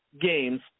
games